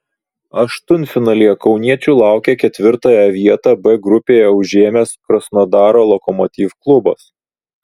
aštuntfinalyje kauniečių laukia ketvirtąją vietą b grupėje užėmęs krasnodaro lokomotiv klubas